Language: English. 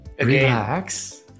Relax